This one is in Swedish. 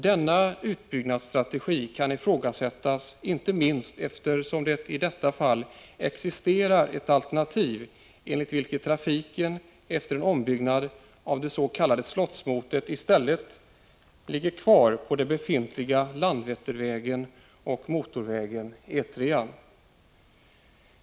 Denna utbyggnadsstrategi kan ifrågasättas, inte minst då det som i detta fall existerar ett alternativ enligt vilket trafiken efter ombyggnad av det s.k. Slottsmotet skulle finnas kvar på den befintliga Landvettervägen och motorväg E 3.